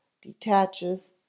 detaches